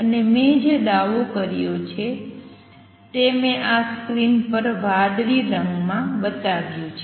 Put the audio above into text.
અને મેં જે દાવો કર્યો છે તે મેં આ સ્ક્રીન પર વાદળી રંગમાં બતાવ્યું છે